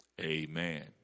Amen